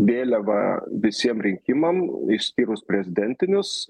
vėliava visiem rinkimam išskyrus prezidentinius